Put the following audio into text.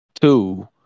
Two